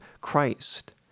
Christ